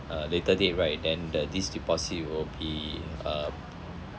uh later date right then the this deposit will be uh